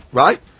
right